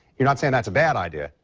you're not saying that's a bad idea,